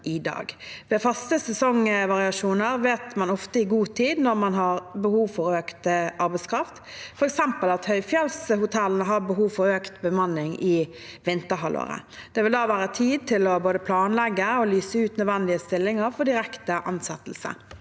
Ved faste sesongvariasjoner vet man ofte i god tid når man har behov for økt arbeidskraft, f.eks. at høyfjellshotellene har behov for økt bemanning i vinterhalvåret. Det vil da være tid til å både planlegge og lyse ut nødvendige stillinger for direkte ansettelse.